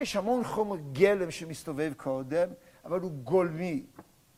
יש המון חומר גלם שמסתובב קודם, אבל הוא גולמי.